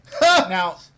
Now